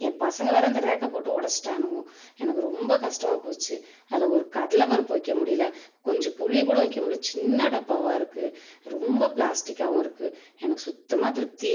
ஏ பசங்க வேறு அந்த ரேக்கை போட்டு உடச்சிட்டானுவோ எனக்கு ரொம்ப கஷ்டமாக போச்சு அதில் ஒரு கடலை பருப்பு வைக்க முடியல கொஞ்சம் புளி கூட வைக்க முடியல சின்ன டப்பாவாக இருக்கு ரொம்ப பிளாஸ்டிக்காகவும் இருக்கு எனக்கு சுத்தமாக திருப்தியே